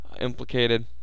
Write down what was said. implicated